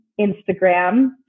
Instagram